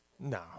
No